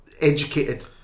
educated